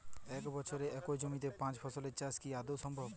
এক বছরে একই জমিতে পাঁচ ফসলের চাষ কি আদৌ সম্ভব?